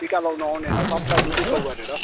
टिका लाउनु आउनेलाई सबलाई दु दुई सय गरेर